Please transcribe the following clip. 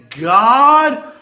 God